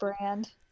brand